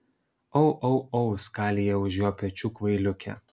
au au au skalija už jo pečių kvailiukė